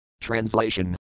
TRANSLATION